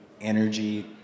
energy